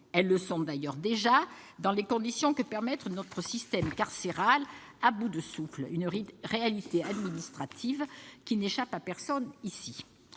Elles le sont d'ailleurs déjà, dans les conditions que permet notre système carcéral à bout de souffle, une réalité administrative qui n'échappe à personne ici.